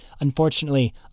unfortunately